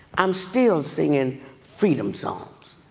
i'm still singing freedom songs,